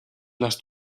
las